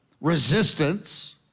resistance